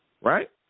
Right